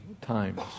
times